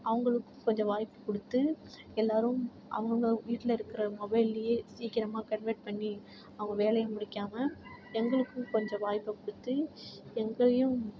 அவங்களுக்கும் கொஞ்சம் வாய்ப்பு கொடுத்து எல்லாரும் அவங்கவுங்க வீட்டில் இருக்கிற மொபைல்லியே சீக்கிரமாக கன்வர்ட் பண்ணி அவங்க வேலைய முடிக்காமல் எங்களுக்கும் கொஞ்சம் வாய்ப்பை கொடுத்து எங்களையும்